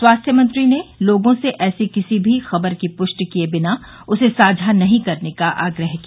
स्वास्थ्य मंत्री ने लोगों से ऐसी किसी भी खबर की पुष्टि किए बिना उसे साझा नहीं करने का आग्रह किया